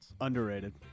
Underrated